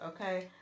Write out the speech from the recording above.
okay